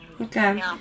okay